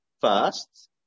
first